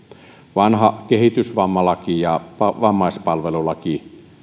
vanha kehitysvammalaki ja vammaispalvelulaki